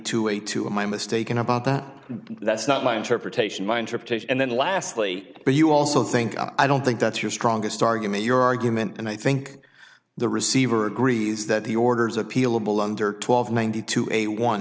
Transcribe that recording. a two of my mistaken about that that's not my interpretation my interpretation and then lastly but you also think i don't think that's your strongest argument your argument and i think the receiver agrees that the orders appealable under twelve ninety two a one